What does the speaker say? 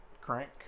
crank